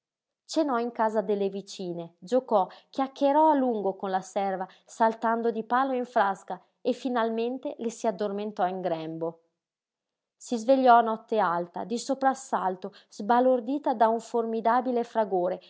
oscuro cenò in casa delle vicine giocò chiacchierò a lungo con la serva saltando di palo in frasca e finalmente le si addormentò in grembo si svegliò a notte alta di soprassalto sbalordita da un formidabile fragore